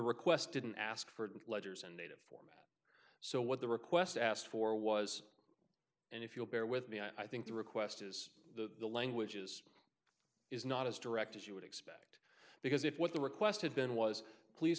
request didn't ask for letters a native form so what the request asked for was and if you'll bear with me i think the request is the languages is not as direct as you would act because if what the request had been was please